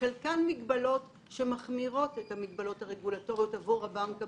- חלקן מגבלות שמחמירות את המגבלות הרגולטוריות עבור הבנק הבינלאומי,